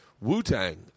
Wu-Tang